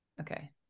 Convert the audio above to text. Okay